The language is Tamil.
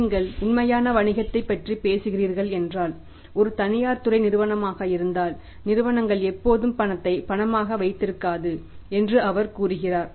நீங்கள் உண்மையான வணிகத்தைப் பற்றி பேசுகிறீர்கள் என்றால் ஒரு தனியார் துறை நிறுவனமாக இருந்தால் நிறுவனங்கள் எப்போதும் பணத்தை பணமாக வைத்திருக்காது என்று அவர் கூறுகிறார்